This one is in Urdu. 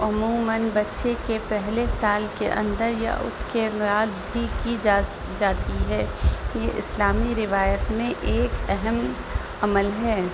عموماً بچے کے پہلے سال کے اندر یا اس کے بعد بھی کی جا جاتی ہے یہ اسلامی روایت میں ایک اہم عمل ہے